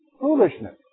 Foolishness